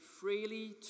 freely